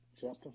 chapter